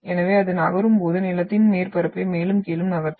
எனவே அது நகரும் போது நிலத்தின் மேற்பரப்பை மேலும் கீழும் நகர்த்தும்